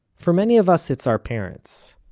for many of us it's our parents.